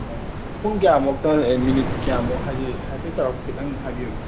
ꯎꯝ ꯄꯨꯡ ꯀꯌꯥꯃꯨꯛꯇ ꯃꯤꯅꯤꯠ ꯀꯌꯥꯃꯨꯛ ꯍꯥꯏꯗꯤ ꯍꯥꯏꯐꯦꯠ ꯆꯥꯎꯔꯥꯛꯄ ꯈꯤꯇꯪ ꯍꯥꯏꯕꯤꯌꯨꯅꯦ